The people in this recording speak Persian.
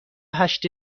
هشت